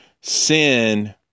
sin